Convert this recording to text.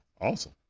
awesome